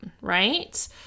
right